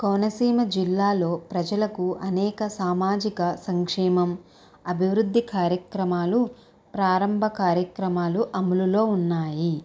కోనసీమ జిల్లాలో ప్రజలకు అనేక సామాజిక సంక్షేమం అభివృద్ధి కార్యక్రమాలు ప్రారంభ కార్యక్రమాలు అమలులో ఉన్నాయి